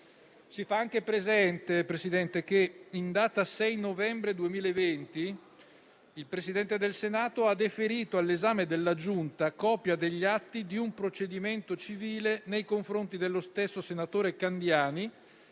si fa anche presente che, in data 6 novembre 2020, il presidente del Senato ha deferito all'esame della Giunta copia degli atti di un procedimento civile nei confronti dello stesso senatore Candiani,